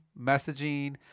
messaging